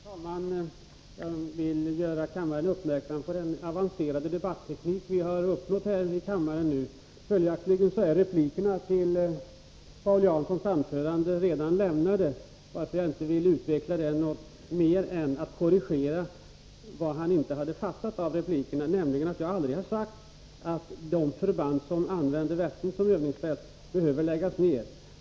Herr talman! Jag vill göra kammaren uppmärksam på den avancerade debatteknik som vi har här i kammaren numera. Replikerna till Paul Janssons anförande var tydligen redan lämnade. Jag vill inte utveckla detta närmare utan bara korrigera vad han inte fattat av replikerna, nämligen att jag aldrig har sagt att de förband som använder Vättern som övningsfält behöver läggas ned.